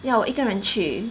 ya 我一个人去